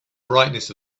brightness